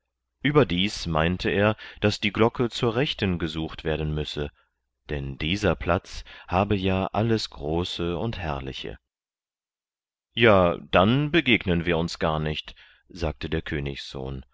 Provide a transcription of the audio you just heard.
überdies meinte er daß die glocke zur rechten gesucht werden müsse denn dieser platz habe ja alles große und herrliche ja dann begegnen wir uns gar nicht sagte der königssohn